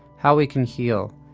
how we can heal,